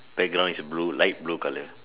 background is blue light blue colour